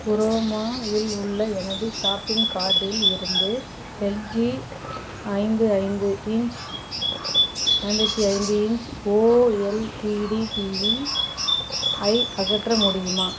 chroma இல் உள்ள எனது ஷாப்பிங் கார்ட்டில் இருந்து எல்ஜி ஐந்து ஐந்து இன்ச் ஐம்பத்தி ஐந்து இன்ச் ஓஎல்இடி டிவி ஐ அகற்ற முடியுமா